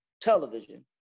television